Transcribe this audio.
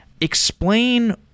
Explain